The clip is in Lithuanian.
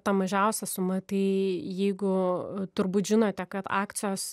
ta mažiausia suma tai jeigu turbūt žinote kad akcijos